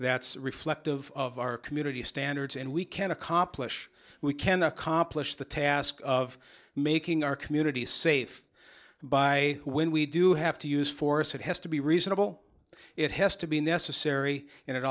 that's reflective of our community standards and we can accomplish we can accomplish the task of making our communities safe by when we do have to use force it has to be reasonable it has to be necessary and it